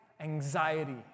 anxiety